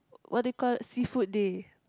what do you call it Seafood day